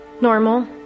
normal